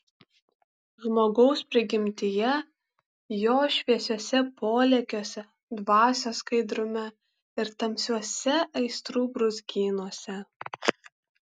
žmogaus prigimtyje jo šviesiuose polėkiuose dvasios skaidrume ir tamsiuose aistrų brūzgynuose